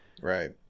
right